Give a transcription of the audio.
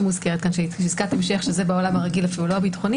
שמוזכרת כאן שהיא עסקת המשך שזה בעולם הרגיל שהוא לא הביטחוני,